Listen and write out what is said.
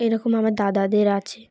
এরকম আমার দাদাদের আছে